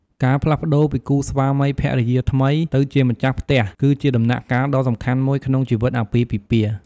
ការផ្លាស់ប្តូរពីគូស្វាមីភរិយាថ្មីទៅជាម្ចាស់ផ្ទះ គឺជាដំណាក់កាលដ៏សំខាន់មួយក្នុងជីវិតអាពាហ៍ពិពាហ៍។